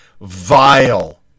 vile